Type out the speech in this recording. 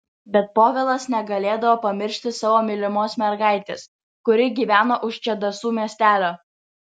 bet povilas negalėdavo pamiršti savo mylimos mergaitės kuri gyveno už čedasų miestelio